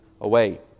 away